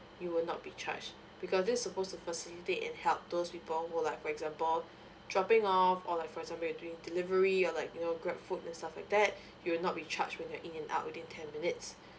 you will not be charged because this suppose to facilitate and help those people who like for example dropping off or like for example you're doing delivery or like you know grabfood and stuff like that you will not be charged when you're in and out within ten minutes